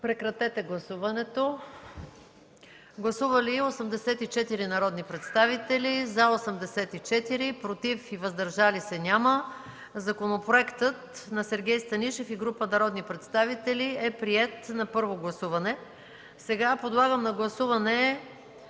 колеги, гласувайте. Гласували 84 народни представители: за 84, против и въздържали се няма. Законопроектът на Сергей Станишев и група народни представители е приет на първо гласуване. Подлагам на гласуване